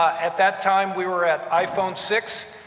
at that time, we were at iphone six,